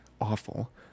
awful